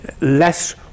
less